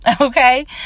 Okay